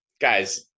Guys